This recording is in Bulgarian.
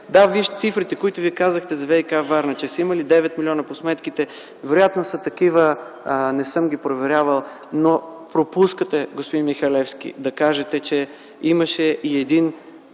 Да, цифрите, които Вие казахте за ВиК-Варна, че са имали 9 милиона по сметките, вероятно са такива, не съм ги проверявал, но пропускате, господин Михалевски, да кажете, че имаше и една